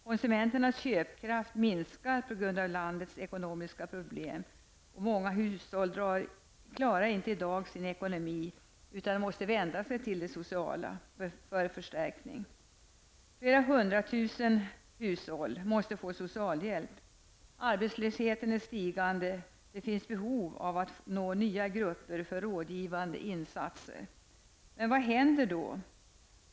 Konsumenternas köpkraft minskar på grund av landets ekonomiska problem. Många hushåll klarar inte i dag av sin ekonomi utan måste vända sig till det sociala för förstärkning. Flera hundra tusen hushåll måste få socialhjälp. Arbetslösheten stiger, och det finns behov av att nå nya grupper för rådgivande insatser. Vad händer då?